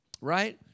right